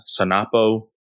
Sanapo